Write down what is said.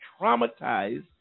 traumatized